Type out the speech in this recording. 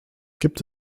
gibt